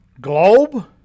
globe